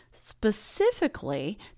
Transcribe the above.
specifically